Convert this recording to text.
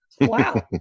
wow